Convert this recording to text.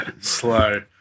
slow